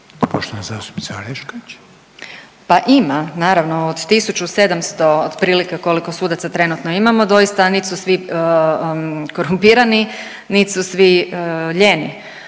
Pa ima naravno od 1700 otprilike koliko sudaca trenutno imamo doista nit su svi korumpirani niti su svi lijeni,